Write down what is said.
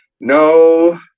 no